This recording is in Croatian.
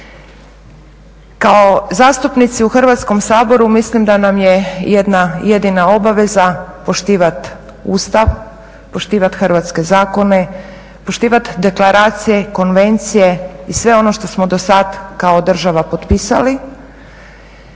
Kao zastupnici u Hrvatskom saboru mislim da nam je jedna jedina obaveza poštivati Ustav, poštivati hrvatske zakone, poštivati deklaracije, konvencije i sve ono što smo do sad kao država potpisali